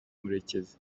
murekezi